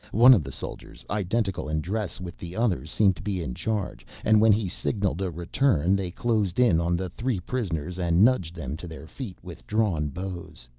one of the soldiers, identical in dress with the others, seemed to be in charge, and when he signaled a return they closed in on the three prisoners and nudged them to their feet with drawn bows.